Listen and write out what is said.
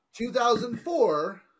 2004